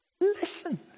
listen